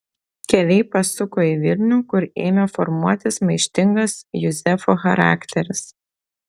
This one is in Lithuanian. keliai pasuko į vilnių kur ėmė formuotis maištingas juzefo charakteris